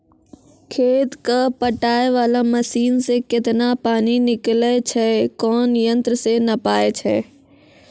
खेत कऽ पटाय वाला मसीन से केतना पानी निकलैय छै कोन यंत्र से नपाय छै